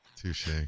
Touche